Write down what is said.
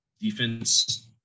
defense